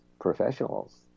professionals